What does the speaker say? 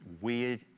weird